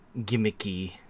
gimmicky